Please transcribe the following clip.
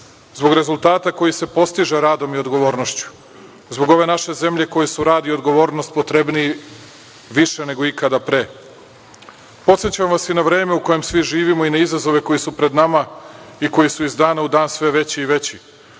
zbog rezultata koji se postiže radom i odgovornošću, zbog ove naše zemlje kojoj su rad i odgovornost potrebniji više nego ikada pre. Podsećam vas i na vreme u kojem svi živimo i na izazove koji su pred nama i koji su iz dana u dan sve veći i veći.